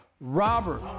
Robert